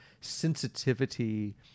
sensitivity